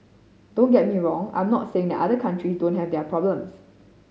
don't get me wrong I'm not saying that other countries don't have their problems